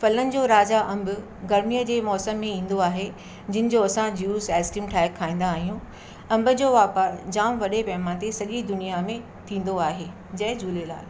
फलनि जो राजा अम्बु गरमीअ जे मौसम में ईंदो आहे जिन जो असां जूस आइस्क्रीम ठाहे खाईंदा आहियूं अम्ब जो वापारु जाम वॾे पैमाने ते सॼी दुनिया में थींदो आहे जय झूलेलाल